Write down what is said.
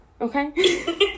Okay